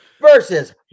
Versus